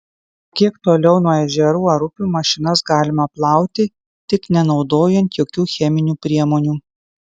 o kiek toliau nuo ežerų ar upių mašinas galima plauti tik nenaudojant jokių cheminių priemonių